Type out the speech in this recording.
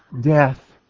death